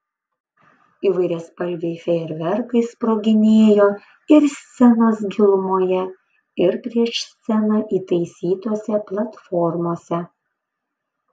įvairiaspalviai fejerverkai sproginėjo ir scenos gilumoje ir prieš sceną įtaisytose platformose